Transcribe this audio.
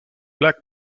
black